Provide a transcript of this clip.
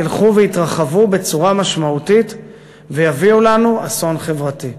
ילכו ויתרחבו בצורה משמעותית ויביאו עלינו אסון חברתי.